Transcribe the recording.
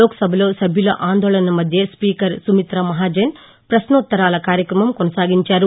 లోక్సభలో సభ్యుల ఆందోళన మధ్యే స్పీకర్ సుమిత్రా మహాజన్ పశ్వోత్తరాల కార్యక్రమం కొనసాగించారు